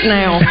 now